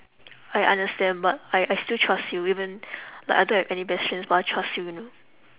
I understand but I I still trust you even like I don't have any best friends but I trust you